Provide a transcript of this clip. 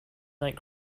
night